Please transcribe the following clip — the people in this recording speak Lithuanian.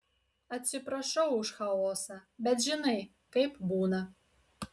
atsiprašau už chaosą bet žinai kaip būna